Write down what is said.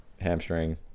hamstring